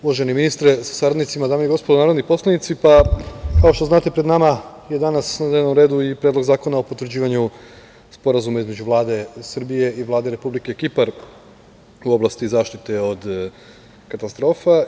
Uvaženi ministre sa saradnicima, dame i gospodo narodni poslanici, kao što znate, pred nama je danas na dnevnom redu i Predlog zakona o potvrđivanju Sporazuma između Vlade Srbije i Vlade Republike Kipar u oblasti zaštite od katastrofa.